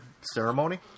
ceremony